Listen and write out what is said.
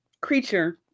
creature